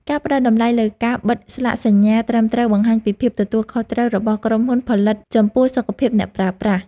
ការផ្តល់តម្លៃលើការបិទស្លាកសញ្ញាត្រឹមត្រូវបង្ហាញពីភាពទទួលខុសត្រូវរបស់ក្រុមហ៊ុនផលិតចំពោះសុខភាពអ្នកប្រើប្រាស់។